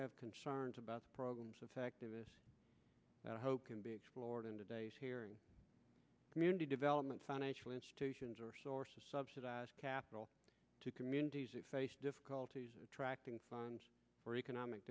have concerns about the programs of activists that i hope can be explored in today's hearing community development financial institutions or source of subsidized capital to communities who face difficulties attracting funds for economic